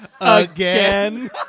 Again